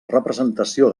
representació